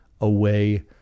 away